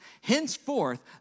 Henceforth